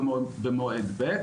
במועד ב',